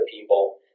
people